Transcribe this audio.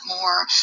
more